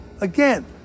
again